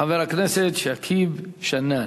חבר הכנסת שכיב שנאן.